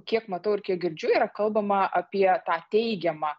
kiek matau ir kiek girdžiu yra kalbama apie tą teigiamą